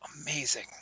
amazing